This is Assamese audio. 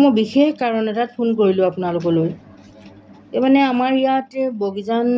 মই বিশেষ কাৰণ এটাত ফোন কৰিলোঁ আপোনালোকলৈ মানে আমাৰ ইয়াত বগিজান